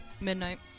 Midnight